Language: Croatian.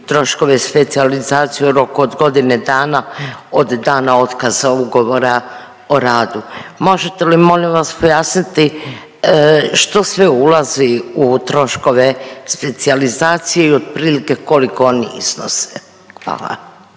troškove specijalizacije u roku od godine dana od dana otkaza ugovora o radu. Možete li molim vas pojasniti što sve ulazi u troškove specijalizacije i otprilike koliko oni iznose. Hvala.